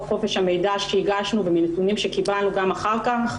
חופש המידע שהגשנו ומנתונים שקיבלנו גם אחר כך,